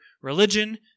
religion